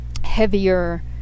heavier